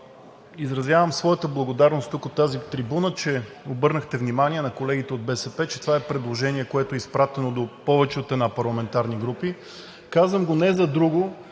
Изразявам своята благодарност от тази трибуна, че обърнахте внимание на колегите от БСП, че това е предложение, което е изпратено до повече от една парламентарна група. Казвам го не за друго,